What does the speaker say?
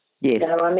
Yes